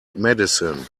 medicine